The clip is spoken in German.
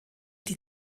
die